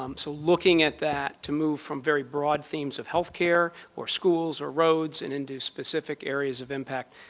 um so looking at that to move from very broad themes of health care or schools or roads and into specific areas of impact,